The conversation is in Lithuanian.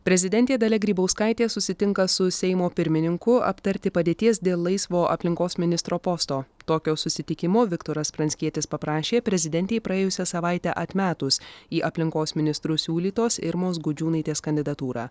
prezidentė dalia grybauskaitė susitinka su seimo pirmininku aptarti padėties dėl laisvo aplinkos ministro posto tokio susitikimo viktoras pranckietis paprašė prezidentei praėjusią savaitę atmetus į aplinkos ministrus siūlytos irmos gudžiūnaitės kandidatūrą